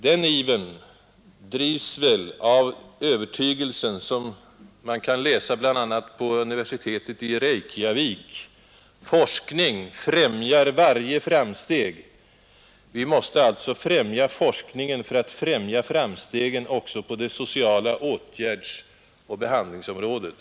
Den ivern drivs väl av den övertygelse man kan se formulerad i en inskrift på universitetet i Reykjavik: ”Forskning främjar varje framsteg.” Vi måste alltså främja forskningen för att främja framstegen och detta också på det sociala åtgärdsoch behandlingsområdet.